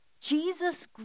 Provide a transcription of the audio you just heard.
Jesus